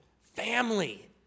family